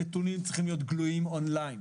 הנתונים צריכים להיות גלויים און ליין.